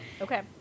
Okay